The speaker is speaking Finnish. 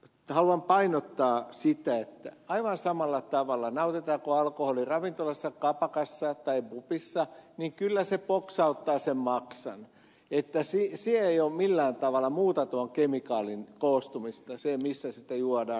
haluan painottaa sitä että aivan samalla tavalla nautitaanko alkoholi ravintolassa kapakassa tai pubissa niin kyllä se poksauttaa sen maksan että siihen ei millään tavalla muuta tuon kemikaalin koostumista se missä sitä juodaan